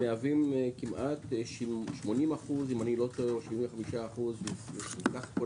הם מהווים כמעט 80% או 75% מסך כל